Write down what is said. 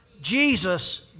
Jesus